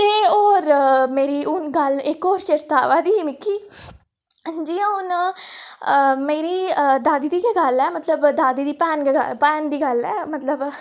ते होर मेरी मिगी गल्ल इक होर चेत्ता आवै दी ही मिगी जि'यां हून मेरी दादी दी गै गल्ल ऐ दादी बैह्न दी गल्ल ऐ मतलब